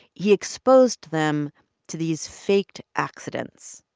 he exposed them to these faked accidents,